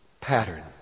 Pattern